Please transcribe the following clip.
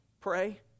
pray